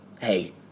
hey